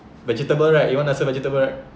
vegetable right you wanna answer vegetable right